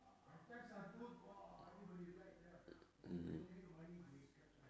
mmhmm